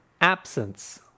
absence